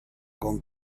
con